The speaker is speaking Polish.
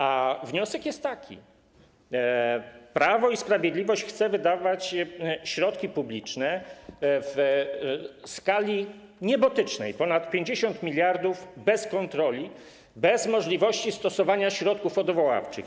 A wniosek jest taki: Prawo i Sprawiedliwość chce wydawać środki publiczne w skali niebotycznej, ponad 50 mld, bez kontroli, bez możliwości stosowania środków odwoławczych.